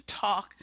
talk